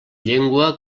llengua